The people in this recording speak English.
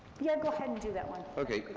yeah, go ahead and do that one okay,